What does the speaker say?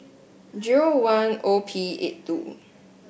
zero one O P eight two